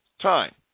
time